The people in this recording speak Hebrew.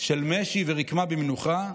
של משי ורקמה במנוחה,